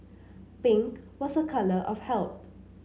pink was a colour of health